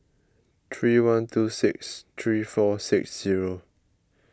three one two six three four six zero